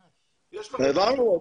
העברנו.